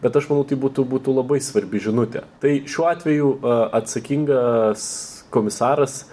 bet aš manau tai būtų būtų labai svarbi žinutė tai šiuo atveju atsakingas komisaras